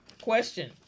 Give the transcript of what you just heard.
Question